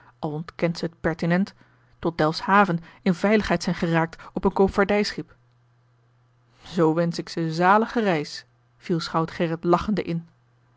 ontkent ze het pertinent tot delftshaven in veiligheid zijn geraakt op een koopvaardijschip zoo wensch ik ze zalige reis viel schout gerrit lachende in